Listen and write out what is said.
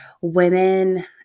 women